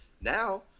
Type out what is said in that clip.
Now